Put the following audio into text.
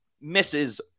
misses